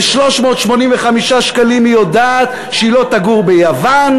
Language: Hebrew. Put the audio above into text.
ב-385 שקלים היא יודעת שהיא לא תגור ביוון,